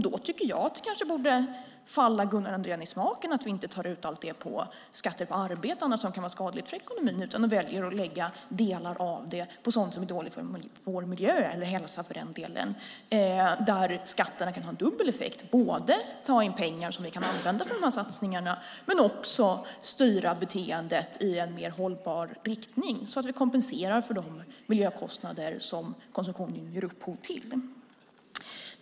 Då tycker jag att det borde falla Gunnar Andrén i smaken att vi inte tar ut allt detta på skatter på arbete, som kan vara skadligt för ekonomin, utan väljer att lägga delar av det på sådant som är dåligt för vår miljö eller hälsa - för den delen. Där kan skatterna ha dubbel effekt. Vi kan både ta in pengar som vi kan använda för satsningarna och styra beteendet i en mer hållbar riktning så att vi kompenserar för de miljökostnader som konsumtionen ger upphov till.